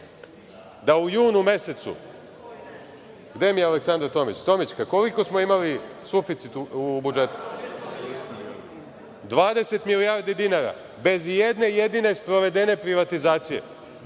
da u junu mesecu… Gde mi je Aleksandra Tomić? Tomićka, koliko smo imali suficit u budžetu? Dvadeset milijardi dinara, bez ijedne jedine sprovedene privatizacije,